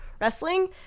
wrestling